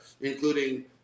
including